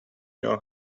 your